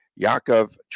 Yaakov